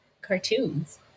cartoons